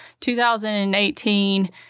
2018